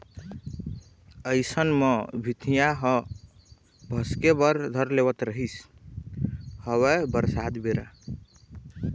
अइसन म भीतिया ह भसके बर धर लेवत रिहिस हवय बरसात बेरा